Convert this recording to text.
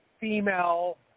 female